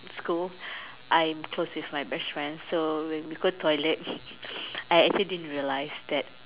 school I close with my best friends so when we go toilet I actually didn't realise that